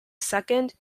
second